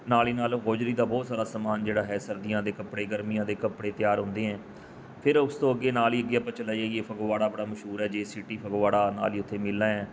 ਨਾਲੇ ਨਾਲ ਹੋਜਰੀ ਦਾ ਬਹੁਤ ਸਾਰਾ ਸਮਾਨ ਜਿਹੜਾ ਹੈ ਸਰਦੀਆਂ ਦੇ ਕੱਪੜੇ ਗਰਮੀਆਂ ਦੇ ਕੱਪੜੇ ਤਿਆਰ ਹੁੰਦੇ ਹੈ ਫਿਰ ਉਸ ਤੋਂ ਅੱਗੇ ਨਾਲ ਹੀ ਅੱਗੇ ਆਪਾਂ ਚਲੇ ਜਾਈਏ ਫਗਵਾੜਾ ਬੜਾ ਮਸ਼ਹੂਰ ਹੈ ਜੇ ਸੀ ਟੀ ਫਗਵਾੜਾ ਨਾਲ ਹੀ ਉੱਥੇ ਮਿੱਲਾਂ ਹੈ